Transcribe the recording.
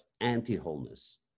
anti-wholeness